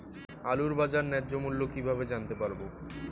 আলুর বাজার ন্যায্য মূল্য কিভাবে জানতে পারবো?